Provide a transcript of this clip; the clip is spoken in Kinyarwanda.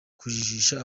kujijisha